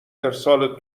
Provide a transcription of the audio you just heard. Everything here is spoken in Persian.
ارسال